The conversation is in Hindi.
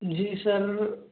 जी सर